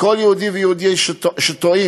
כל יהודי ויהודי שטועים,